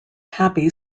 happy